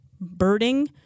birding